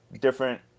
different